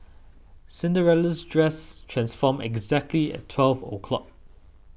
Cinderella's dress transformed exactly at twelve o' clock